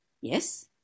yes